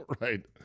Right